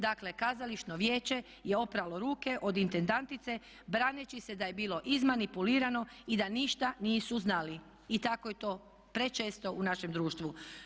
Dakle kazališno vijeće je opralo ruke od intedantice braneći se da je bilo izmanipulirano i da ništa nisu znali i tako je to prečesto u našem društvu.